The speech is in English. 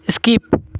skip